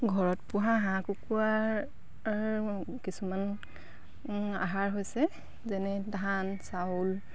ঘৰত পোহা হাঁহ কুকুৰাৰ কিছুমান আহাৰ হৈছে যেনে ধান চাউল